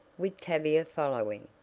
with tavia following.